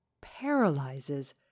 paralyzes